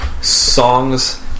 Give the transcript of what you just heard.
songs